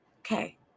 Okay